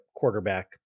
quarterback